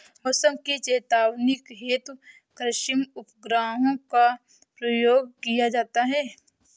मौसम की चेतावनी हेतु कृत्रिम उपग्रहों का प्रयोग किया जाता है